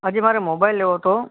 હા જી મારે મોબાઈલ લેવો તો